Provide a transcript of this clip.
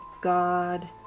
god